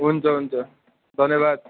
हुन्छ हुन्छ धन्यवाद